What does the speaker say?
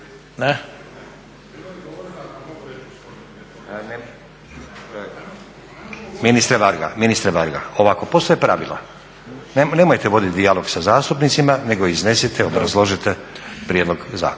Ministre Varga, ovako postoje pravila. Nemojte voditi dijalog sa zastupnicima, nego iznesite, obrazložite prijedlog zakona.